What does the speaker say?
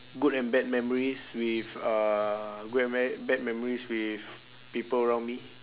good and bad memories with uh good and ba~ bad memories with people around me